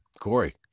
Corey